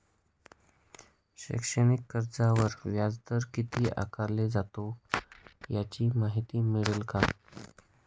शैक्षणिक कर्जावर व्याजदर किती आकारला जातो? याची माहिती मिळेल का?